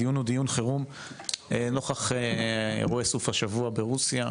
הדיון הוא דיון חירום נוכח אירועי סוף השבוע ברוסיה,